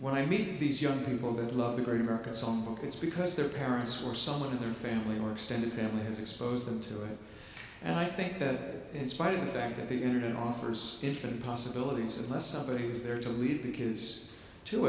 when i meet these young people that love the great american songbook it's because their parents or someone in their family or extended family has exposed them to it and i think that in spite of that the internet offers infinite possibilities unless somebody is there to lead the kids to